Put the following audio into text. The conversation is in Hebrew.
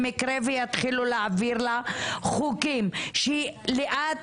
במקרה שיתחילו להעביר לה חוקים שהיא לאט